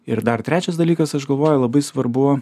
ir dar trečias dalykas aš galvoju labai svarbu